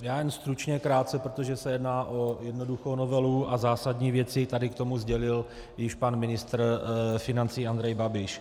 Já jen stručně, krátce, protože se jedná o jednoduchou novelu a zásadní věci tady k tomu sdělil již pan ministr financí Andrej Babiš.